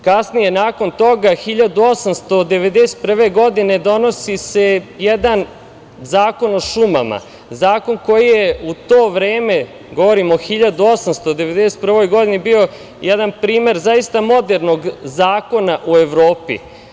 Kasnije nakon toga 1891. godine, donosi se jedan Zakon o šumama, zakon koji je u to vreme, govorim o 1891. godini, bio je jedan primer zaista modernog zakona u Evropi.